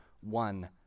one